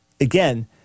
again